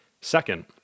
Second